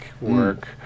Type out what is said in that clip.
work